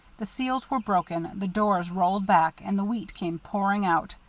the seals were broken, the doors rolled back, and the wheat came pouring out.